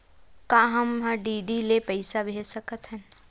का हम डी.डी ले पईसा भेज सकत हन?